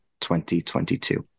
2022